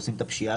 עושים את הפשיעה,